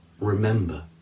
remember